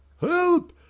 Help